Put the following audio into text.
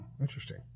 Interesting